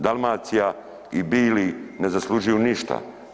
Dalmacija i Bili ne zaslužuju ništa.